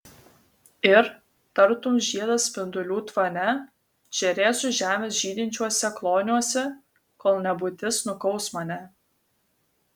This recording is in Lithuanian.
ir tartum žiedas spindulių tvane žėrėsiu žemės žydinčiuose kloniuose kol nebūtis nukaus mane